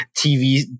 TV